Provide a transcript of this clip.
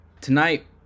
tonight